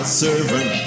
servant